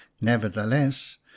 Nevertheless